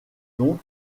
donc